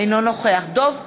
אינו נוכח דב חנין,